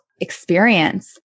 experience